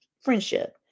friendship